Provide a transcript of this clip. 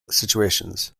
situations